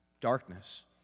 darkness